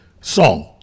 song